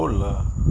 cold lah